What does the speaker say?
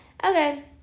Okay